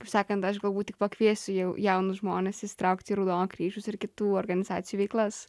kaip sakant aš galbūt tik pakviesiu jau jaunus žmones įsitraukti į raudono kryžiaus ir kitų organizacijų veiklas